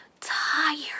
tired